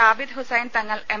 Abid Hussain Thangal M